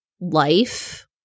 life